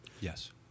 Yes